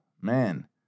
man